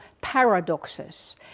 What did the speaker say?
paradoxes